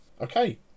Okay